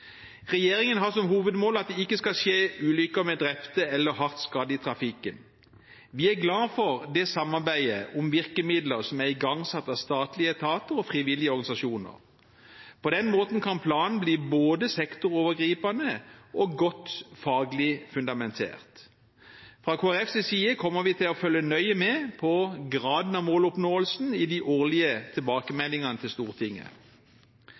Regjeringen har som hovedmål at det ikke skal skje ulykker med drepte eller hardt skadde i trafikken. Vi er glade for det samarbeidet om virkemidler som er igangsatt av statlige etater og frivillige organisasjoner. På den måten kan planen bli både sektorovergripende og godt faglig fundamentert. Fra Kristelig Folkepartis side kommer vi til å følge nøye med på graden av måloppnåelse i de årlige tilbakemeldingene til Stortinget.